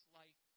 life